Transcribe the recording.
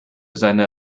seine